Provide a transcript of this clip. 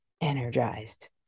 energized